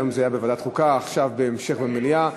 היום זה היה בוועדת חוקה, ועכשיו, בהמשך, במליאה.